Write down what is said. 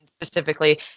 Specifically